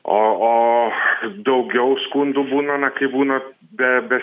o o daugiau skundų būna na kai būna be be